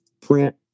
print